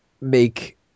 make